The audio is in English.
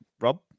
Rob